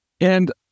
And-